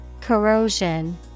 Corrosion